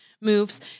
moves